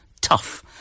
tough